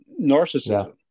narcissism